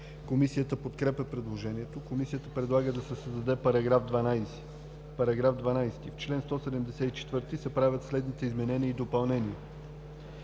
Комисията подкрепя предложението. Комисията предлага да се създаде § 13: „§ 13. В чл. 177 се правят следните изменения и допълнения: